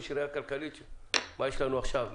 ויש ראייה כלכלית של מה יש לנו עכשיו,